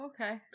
okay